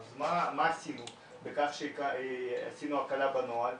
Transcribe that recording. אז מה עשינו בכך שעשינו הקלה בנוהל?